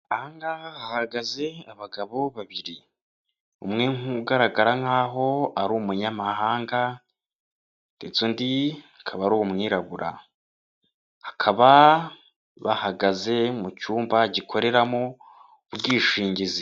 Aha ngaha hahagaze abagabo babiri, umwe nk'ugaragara nk'aho ari umunyamahanga, ndetse undi akaba ari umwirabura, bakaba bahagaze mu cyumba gikoreramo ubwishingizi.